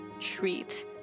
treat